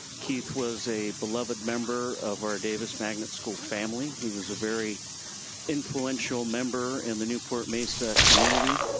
keith was a beloved member of our davis magnet school family, he was a very influential member in the newport-mesa community.